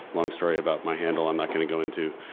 long story about my handle, i'm not gonna go into.